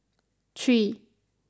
three